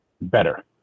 better